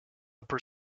upper